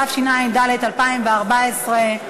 התשע"ד 2014,